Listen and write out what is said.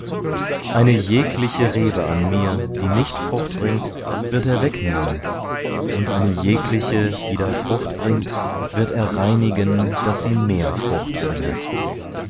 eine jeglich rebe an mir die nicht frucht bringt wird er wegnehmen und eine jegliche die da frucht bringt wird er reinigen daß sie mehr frucht bringe